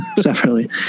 separately